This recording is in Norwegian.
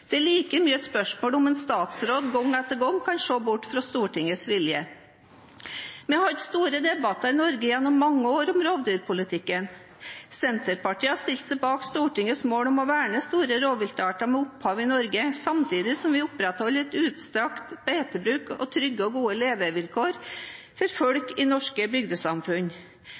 Det er like mye et spørsmål om en statsråd gang etter gang kan se bort fra Stortingets vilje. Vi har hatt store debatter i Norge gjennom mange år om rovdyrpolitikken. Senterpartiet har stilt seg bak Stortingets mål om å verne store rovviltarter med opphav i Norge, samtidig som vi opprettholder en utstrakt beitebruk og trygge og gode levevilkår for folk i norske bygdesamfunn.